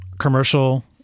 commercial